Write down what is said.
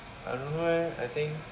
I don't know leh I think